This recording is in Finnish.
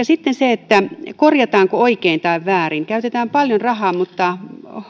sitten se korjataanko oikein tai väärin käytetään paljon rahaa mutta